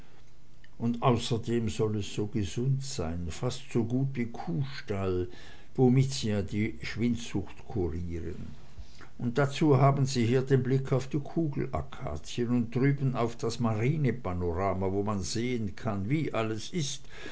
und außerdem soll es so gesund sein fast so gut wie kuhstall womit sie ja die schwindsucht kurieren und dazu haben sie hier den blick auf die kugelakazien und drüben auf das marinepanorama wo man sehen kann wie alles is